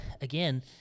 again